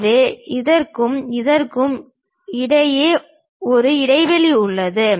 எனவே இதற்கும் இதற்கும் இடையே ஒரு இடைவெளி உள்ளது